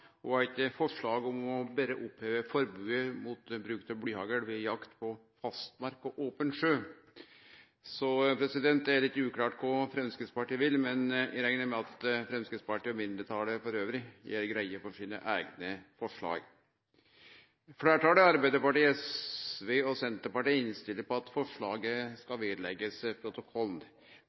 og eit forslag om berre å oppheve forbodet mot bruk av blyhagl ved jakt på fastmark og open sjø. Det er litt uklart kva Framstegspartiet vil, men eg reknar med at Framstegspartiet og mindretalet elles gjer greie for sine eigne forslag. Fleirtalet, Arbeiderpartiet, SV og Senterpartiet, innstiller på at forslaget